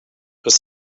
was